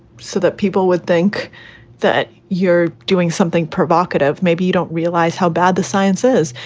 so that people would think that you're doing something provocative. maybe you don't realize how bad the science is.